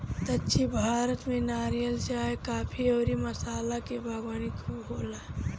दक्षिण भारत में नारियल, चाय, काफी अउरी मसाला के बागवानी खूब होला